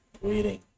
waiting